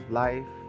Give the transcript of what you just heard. life